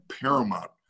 Paramount